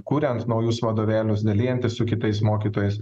kuriant naujus vadovėlius dalijantis su kitais mokytojais